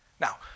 Now